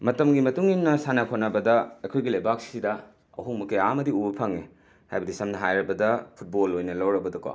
ꯃꯇꯝꯒꯤ ꯃꯇꯨꯡ ꯏꯟꯅ ꯁꯥꯟꯅ ꯈꯣꯠꯅꯕꯗ ꯑꯩꯈꯣꯏꯒꯤ ꯂꯩꯕꯥꯛꯁꯤꯗ ꯑꯍꯣꯡꯕ ꯀꯌꯥ ꯑꯃꯗꯤ ꯎꯕ ꯐꯪꯉꯦ ꯍꯥꯏꯕꯗꯤ ꯁꯝꯅ ꯍꯥꯏꯔꯕꯗ ꯐꯨꯠꯕꯣꯜ ꯑꯣꯏꯅ ꯂꯧꯔꯕꯗꯀꯣ